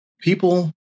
people